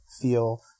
feel